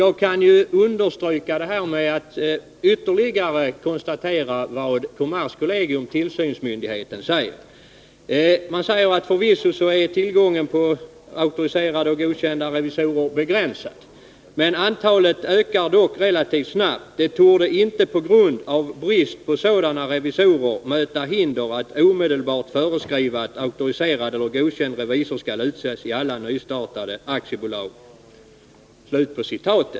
Jag kan understryka detta ytterligare genom att återge vad kommerskollegium, tillsynsmyndigheten, konstaterat, nämligen att tillgången på auktoriserade och godkända revisorer förvisso är begränsad men att antalet relativt snabbt ökar. Det torde inte, säger kommerskollegium, på grund av risk för brist på sådana revisorer möta hinder att omedelbart föreskriva att auktoriserad och godkänd revisor skall utses i alla nystartade aktiebolag.